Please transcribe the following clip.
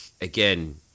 again